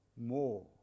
more